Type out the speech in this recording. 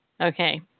Okay